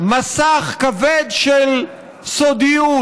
מסך כבד של סודיות,